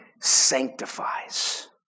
sanctifies